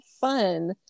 fun